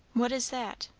what is that?